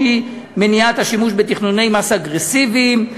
שהיא מניעת השימוש בתכנוני מס אגרסיביים.